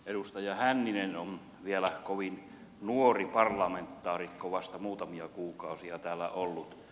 edustaja hänninen on vielä kovin nuori parlamentaarikko vasta muutamia kuukausia täällä ollut